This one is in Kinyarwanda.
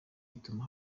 ituma